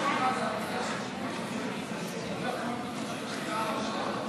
ההצעה להעביר את הצעת חוק